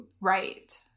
right